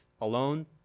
alone